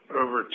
over